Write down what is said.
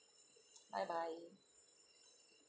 bye bye